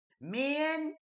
men